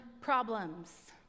problems